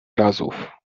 razów